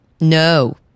No